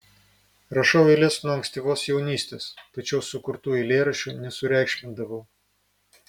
rašau eiles nuo ankstyvos jaunystės tačiau sukurtų eilėraščių nesureikšmindavau